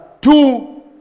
two